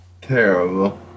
Terrible